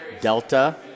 Delta